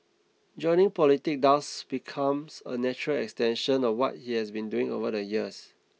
joining politics thus becomes a natural extension of what he has been doing over the years